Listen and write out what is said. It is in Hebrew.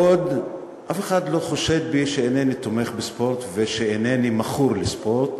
אף אחד לא חושד בי שאינני תומך בספורט ושאינני מכור לספורט.